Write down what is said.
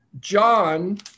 John